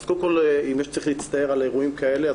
אז קודם אם צריך להצטער על אירועים כאלה,